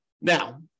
Now